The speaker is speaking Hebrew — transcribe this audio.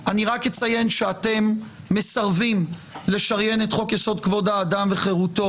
ואני הייתי בטוח שתקדישו את הזמן לגנות את האמירות האלה,